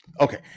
Okay